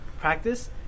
practice